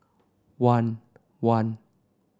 one one